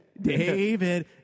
David